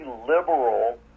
liberal